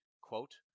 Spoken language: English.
Quote